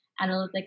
analytics